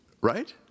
right